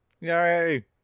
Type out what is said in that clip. Yay